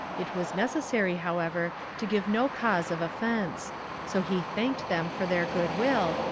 it was necessary, however, to give no cause of offence so he thanked them for their good-will,